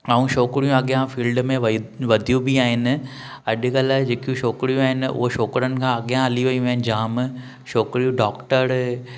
ऐं छोकिरियूं अॻियां फील्ड में वइ वधियूं बि आहिनि अॼुकल्ह जेकियूं छोकिरियूं आहिनि उहे छोकरनि खां अॻियां हली वयूं आहिनि जाम छोकिरियूं डॉक्टर